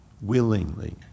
willingly